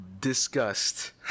disgust